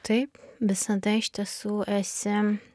taip visada iš tiesų esi